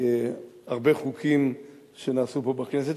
כי הרבה חוקים שנעשו פה בכנסת,